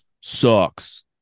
sucks